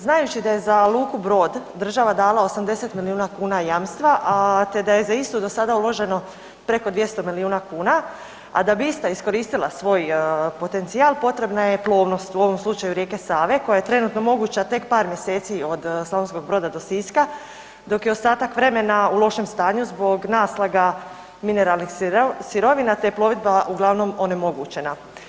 Znajući da je za luku Brod država dala 80 milijuna kuna jamstva, a te da je za istu za sada uloženo preko 200 milijuna kuna, a da bi ista iskoristila svoj potencijal, potrebna je plovnost, u ovom slučaju rijeke Save koja je trenutno moguća tek par mjeseci od Slavonskog Broda do Siska, dok je ostatak vremena u lošem stanju zbog naslaga mineralnih sirovina te je plovidba uglavnom onemogućena.